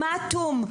כאולטימטום.